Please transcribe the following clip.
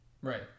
right